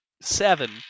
seven